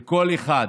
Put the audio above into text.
לכל אחד,